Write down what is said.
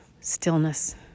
stillness